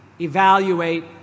evaluate